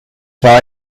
war